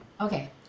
Okay